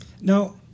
Now